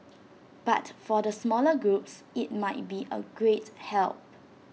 but for the smaller groups IT might be A great help